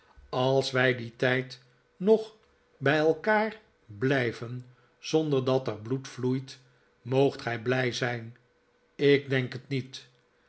als wij dien tijd nog bij elkaar blijven zonder dat er bloed vloeit moogt gij blij zijn ik denk het niet